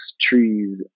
trees